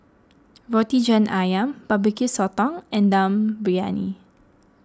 Roti John Ayam Barbecue Sotong and Dum Briyani